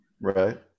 Right